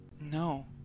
No